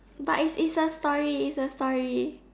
but is is a story is a story